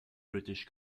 british